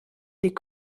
des